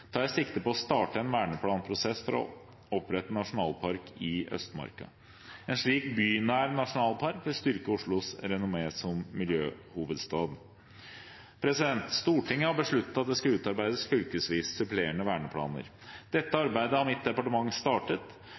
tar jeg sikte på å starte en verneplanprosess for å opprette nasjonalpark i Østmarka. En slik bynær nasjonalpark vil styrke Oslos renommé som miljøhovedstad. Stortinget har besluttet at det skal utarbeides fylkesvise supplerende verneplaner. Dette arbeidet har mitt departement startet.